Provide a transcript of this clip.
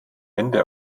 wände